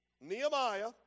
Nehemiah